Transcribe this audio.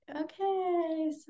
okay